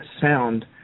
sound